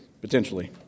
Potentially